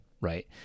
Right